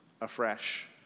afresh